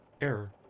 Error